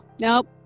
nope